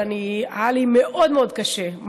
אבל היה לי מאוד מאוד קשה,